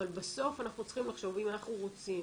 אבל בסוף אנחנו צריכים לחשוב אם אנחנו רוצים